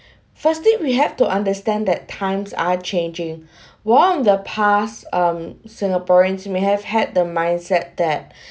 first it we have to understand that times are changing while on the pass um singaporeans may have had the mindset that